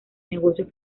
negocios